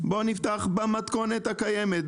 לפתוח במתכונת הקיימות,